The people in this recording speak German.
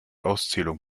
auszählung